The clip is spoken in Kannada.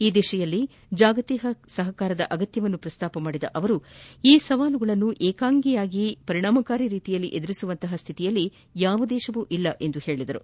ಈ ದಿಶೆಯಲ್ಲಿ ಜಾಗತಿಕ ಸಹಕಾರದ ಅಗತ್ಯವನ್ನು ಪ್ರಸ್ತಾಪಿಸಿದ ಅವರು ಈ ಸವಾಲುಗಳನ್ನು ಏಕಾಂಗಿಯಾಗಿ ಪರಿಣಾಮಕಾರಿ ರೀತಿಯಲ್ಲಿ ಎದುರಿಸುವಂತಹ ಸ್ವಿತಿಯಲ್ಲಿ ಯಾವ ದೇಶವೂ ಇಲ್ಲ ಎಂದು ಅವರು ಹೇಳಿದರು